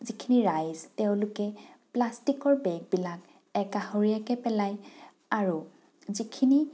যিখিনি ৰাইজ তেওঁলোকে প্লাষ্টিকৰ বেগবিলাক একাষৰীয়াকৈ পেলায় আৰু যিখিনি